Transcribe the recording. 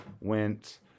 went